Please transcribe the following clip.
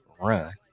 run